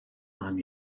lân